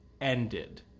ended